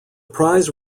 prize